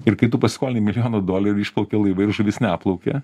ir kai tu pasiskolini milijoną dolerių išplaukia laivai ir žuvys neplaukia